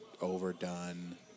overdone